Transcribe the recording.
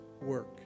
work